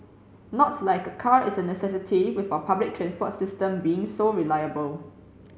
not like a car is a necessity with our public transport system being so reliable